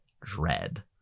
Dread